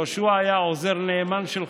יהושע היה עוזר נאמן שלך,